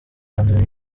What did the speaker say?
kurobanura